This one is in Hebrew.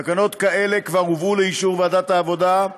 תקנות כאלה כבר הובאו לאישור ועדת העבודה,